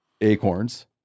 acorns